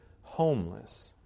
homeless